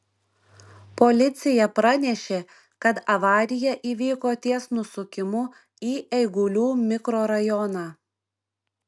policija pranešė kad avarija įvyko ties nusukimu į eigulių mikrorajoną